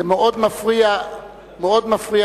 זה מאוד מפריע לנו.